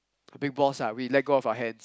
big balls lah we let go of our hands